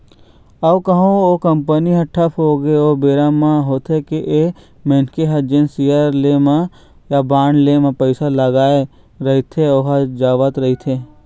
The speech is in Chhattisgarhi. अउ कहूँ ओ कंपनी ह ठप होगे ओ बेरा म होथे ये के मनखे ह जेन सेयर ले म या बांड ले म पइसा लगाय रहिथे ओहा जावत रहिथे